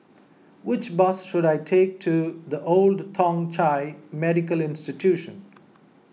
which bus should I take to the Old Thong Chai Medical Institution